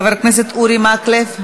חבר הכנסת אורי מקלב,